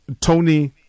Tony